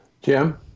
Jim